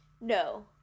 no